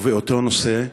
ובאותו נושא,